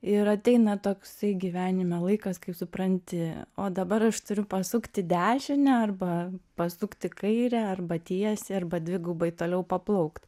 ir ateina toksai gyvenime laikas kai supranti o dabar aš turiu pasukt į dešinę arba pasukt į kairę arba tiesiai arba dvigubai toliau paplaukt